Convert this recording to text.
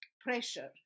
pressure